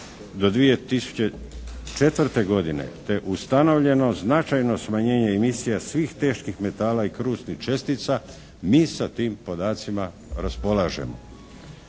do 2004. godine, te ustanovljeno značajno smanjenje i misija svih teških metala i krutih čestica. Mi sa tim podacima raspolažemo.